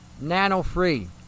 nano-free